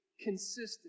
consistent